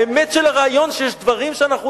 האמת של הרעיון היא שיש דברים שאנחנו